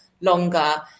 longer